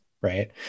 Right